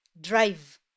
drive